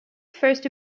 first